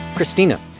Christina